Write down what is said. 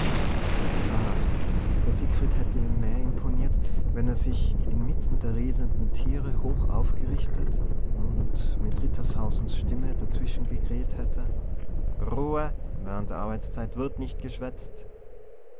wahrhaftig der siegfried hätte ihm mehr imponiert wenn er sich inmitten der redenden tiere hoch aufgerichtet und mit rittershausens stimme dazwischengekräht hätte ruhe während der arbeitszeit wird nicht geschwätzt